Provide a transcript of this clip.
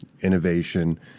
innovation